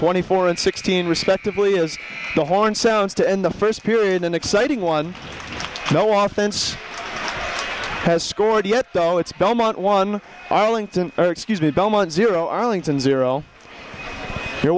twenty four and sixteen respectively is the horn sounds to end the first period an exciting one no often has scored yet though it's belmont one arlington excuse me belmont zero arlington zero you're